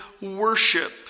worship